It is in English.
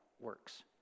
works